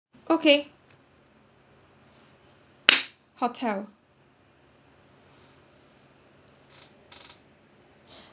okay hotel